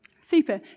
Super